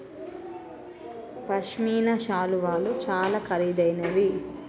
పశ్మిన శాలువాలు చాలా ఖరీదైనవి